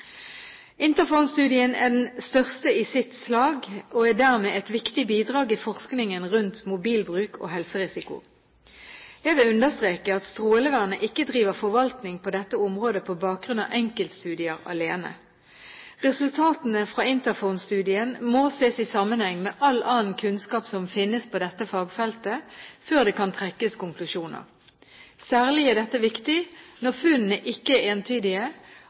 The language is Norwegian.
er den største i sitt slag, og er dermed et viktig bidrag i forskningen rundt mobilbruk og helserisiko. Jeg vil understreke at Strålevernet ikke driver forvaltning på dette området på bakgrunn av enkeltstudier alene. Resultatene fra Interphone-studien må ses i sammenheng med all annen kunnskap som finnes på dette fagfeltet, før det kan trekkes konklusjoner. Særlig er dette viktig når funnene ikke er entydige,